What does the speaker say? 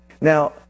Now